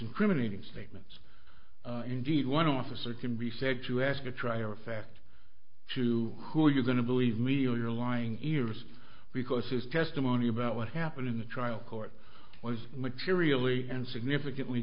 incriminating statements indeed one officer can be said to ask a trial or fact to who you're going to believe me or your lying ears because his testimony about what happened in the trial court was materially and significantly